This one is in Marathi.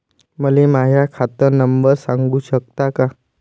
मले माह्या खात नंबर सांगु सकता का?